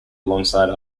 alongside